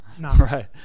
Right